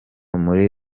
muri